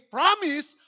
promise